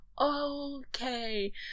okay